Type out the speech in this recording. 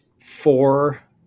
four